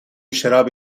شراب